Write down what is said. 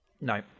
No